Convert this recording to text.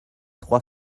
trois